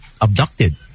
abducted